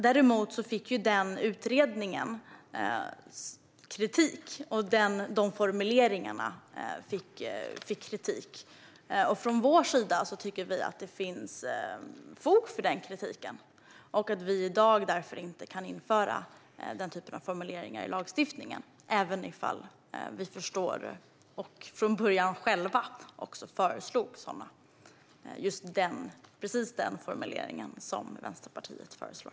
Däremot fick den utredningen och de formuleringarna kritik, och vi tycker att det finns fog för den kritiken och att vi därför inte i dag kan införa den typen av formuleringar i lagstiftningen - även om vi förstår och från början själva föreslog precis den formulering som Vänsterpartiet föreslår.